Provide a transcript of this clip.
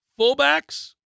fullbacks